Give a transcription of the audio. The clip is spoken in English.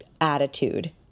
attitude